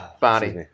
Body